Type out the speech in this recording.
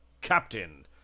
Captain